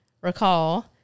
recall